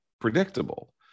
predictable